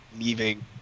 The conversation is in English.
leaving